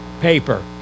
paper